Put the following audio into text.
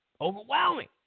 Overwhelming